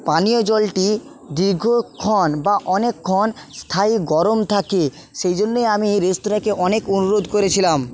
পানীয় জলটি দীর্ঘক্ষণ বা অনেকক্ষণ স্থায়ী গরম থাকে সেই জন্যে আমি এই রেস্তোরাঁকে অনেক অনুরোধ করেছিলাম